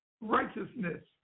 righteousness